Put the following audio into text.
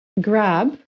Grab